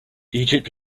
egypt